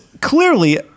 clearly